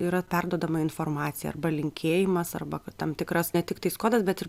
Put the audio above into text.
yra perduodama informacija arba linkėjimas arba kad tam tikras ne tiktais kodas bet ir